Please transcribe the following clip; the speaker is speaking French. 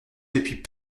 depuis